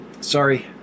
Sorry